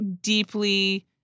deeply